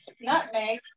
nutmeg